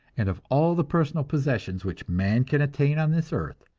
and of all the personal possessions which man can attain on this earth,